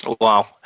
Wow